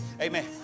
Amen